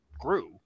grew